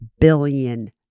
billion